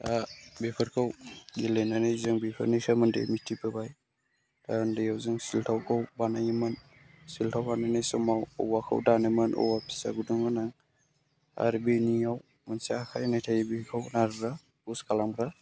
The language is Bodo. बेफोरखौ गेलेनानै जों बेफोरनि सोमोन्दै मिथिबोबाय उन्दैयाव जों सेल्थावखौ बानायोमोन सेल्थाव बानायनाय समाव औवाखौ दानोमोन औवा फिसा गुदुंगोनां आरो बेनियाव मोनसे आखाइ होनाय थायो बेखौ नारग्रा पुस खालामग्रा